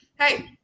Hey